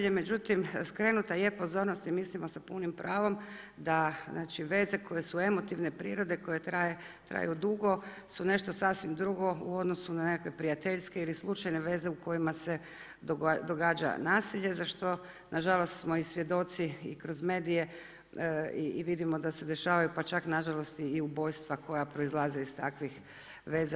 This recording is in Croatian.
Međutim, skrenuta je pozornost i mislimo sa punim pravom da veze koje su emotivne prirode, koje traju dugo, su nešto sasvim drugo u odnosu na nekakve prijateljske ili slučajne veze u kojima se događa nasilje, za što, nažalost smo i svjedoci i kroz i vidimo da se dešavaju, pa čak nažalost, i ubojstava koja proizlaze iz takvih veza.